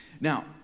Now